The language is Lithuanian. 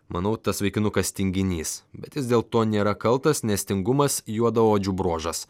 manau tas vaikinukas tinginys bet jis dėl to nėra kaltas nes tingumas juodaodžių bruožas